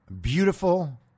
beautiful